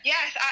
Yes